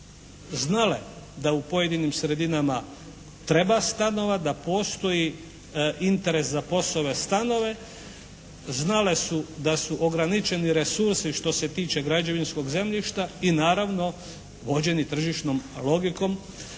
znale da u pojedinim sredinama treba stanovati. Da postoji interes za POS-ove stanove. Znale su da su ograničeni resursi što se tiče građevinskog zemljišta i naravno vođeni tržišnom logikom